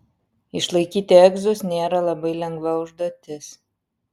išlaikyti egzus nėra labai lengva užduotis